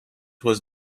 was